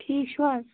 ٹھیٖک چھُو حظ